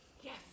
Yes